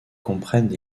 comprennent